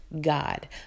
God